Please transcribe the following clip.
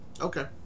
okay